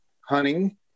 Hunting